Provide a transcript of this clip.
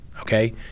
okay